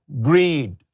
greed